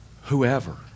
Whoever